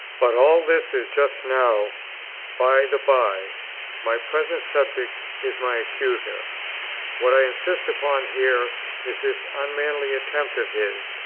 but all this is just now by the bye my present subject is my accuser what i insist upon here is this unmanly attempt of his,